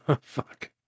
fuck